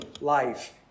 life